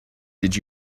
did